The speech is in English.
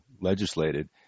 legislated